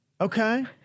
Okay